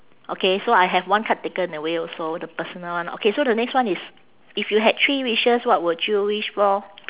okay so I have one card taken away also the personal one okay so the next one is if you had three wishes what would you wish for